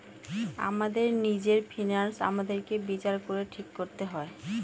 আমাদের নিজের ফিন্যান্স আমাদেরকে বিচার করে ঠিক করতে হয়